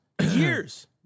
Years